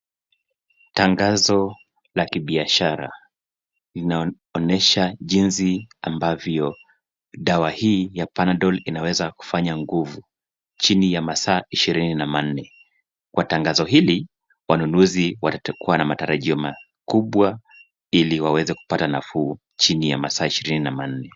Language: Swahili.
Tangazo la kibishara, linaonyesha jinsi ambavyo dawa hii ya panadol inaweza kufanya nguvu chini ya masaa ishirini na manne. Kwa tangazo hili wanunuzi watakuwa na matarajio makubwa ili waweze kupata nafuu chini ya masaa ishirini na manne.